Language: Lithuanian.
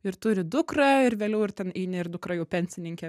ir turi dukrą ir vėliau ir ten eini ir dukra jau pensininkė